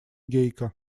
гейка